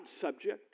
subject